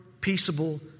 peaceable